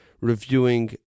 reviewing